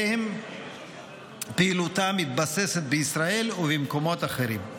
שעליהם פעילותה מתבססת בישראל ובמקומות אחרים.